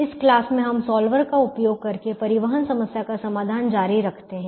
इस क्लास में हम सॉल्वर का उपयोग करके परिवहन समस्या का समाधान जारी रखते हैं